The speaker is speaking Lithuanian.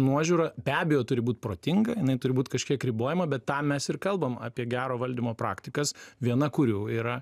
nuožiūra be abejo turi būt protinga jinai turi būt kažkiek ribojama bet tam mes ir kalbam apie gero valdymo praktikas viena kurių yra